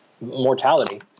mortality